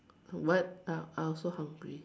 what I I also hungry